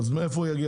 אז איך הוא יגיע